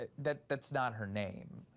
ah that that's not her name.